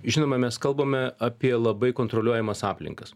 žinoma mes kalbame apie labai kontroliuojamas aplinkas